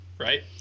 Right